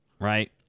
right